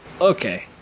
okay